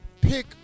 pick